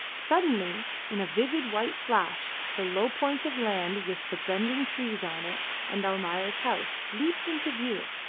suddenly, in a vivid white flash, the low point of land with the bending trees on it and almayer's house, leaped into view,